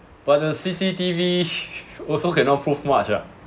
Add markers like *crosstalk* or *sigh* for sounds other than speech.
but the C_C_T_V *laughs* also cannot prove much lah